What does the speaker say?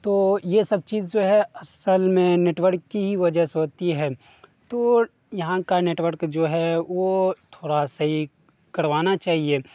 تو یہ سب چیز جو ہے اصل میں نیٹورک کی ہی وجہ سے ہوتی ہے تو یہاں کا نیٹورک جو ہے وہ تھوڑا سہی کروانا چاہیے